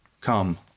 Come